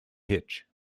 hitch